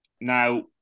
Now